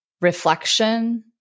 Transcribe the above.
reflection